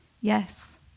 yes